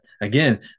again